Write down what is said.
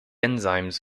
enzymes